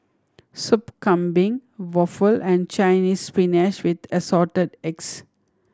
Soup Kambing waffle and Chinese Spinach with Assorted Eggs